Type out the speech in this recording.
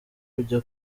kujya